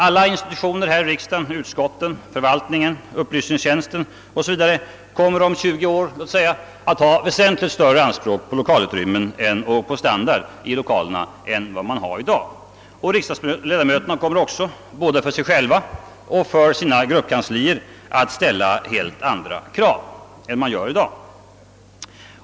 Alla institutioner i riksdagen — utskotten, förvaltningen, upplysningstjänsten o.s.v. kommer om låt oss säga 20 år att ha väsentligt större anspråk på lokalutrymme och standard i lokalerna än i dag. även riksdagsledamöterna kommer både för sig själva och för sina gruppkanslier att ställa helt andra krav än de gör i dag.